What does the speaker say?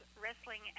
wrestling